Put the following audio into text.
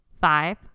five